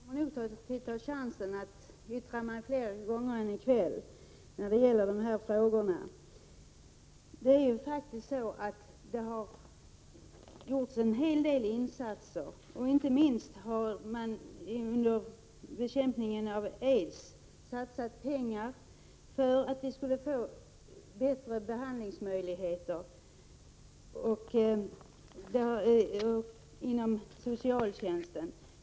Fru talman! Jag kommer nog att ta chansen att yttra mig fler gånger än i kväll i de här frågorna. Det har faktiskt gjorts en hel del insatser. Inte minst har man under bekämpningen av aids satsat pengar för att vi skulle få bättre behandlingsmöjligheter inom socialtjänsten.